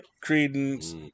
credence